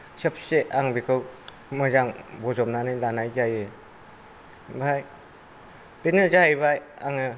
सबसे आं बेखौ मोजां बजबनानै लानाय जायो ओमफ्राय बेनो जाहैबाय आङो